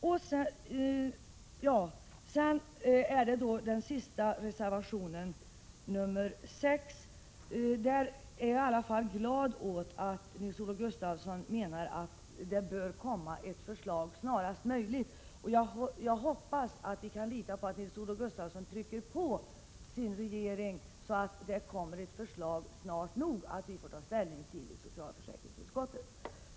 Sedan gäller det den sista reservationen, reservation 6. Jag är i alla fall glad åt att Nils-Olof Gustafsson menar att det bör komma ett förslag snarast möjligt. Jag hoppas att vi kan lita på att Nils-Olof Gustafsson trycker på sin regering, så att förslaget kommer snart nog och vi får ta ställning i socialförsäkringsutskottet.